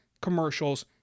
commercials